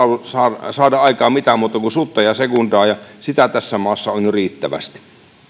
saada aikaan mitään muuta kuin sutta ja sekundaa ja sitä tässä maassa on jo riittävästi